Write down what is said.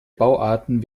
bauarten